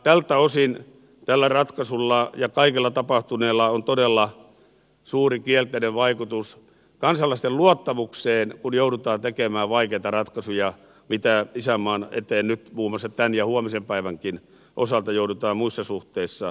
tältä osin tällä ratkaisulla ja kaikella tapahtuneella on todella suuri kielteinen vaikutus kansalaisten luottamukseen kun joudutaan tekemään vaikeita ratkaisuja mitä isänmaan eteen nyt muun muassa tämän ja huomisenkin päivän osalta joudutaan muissa suhteissa miettimään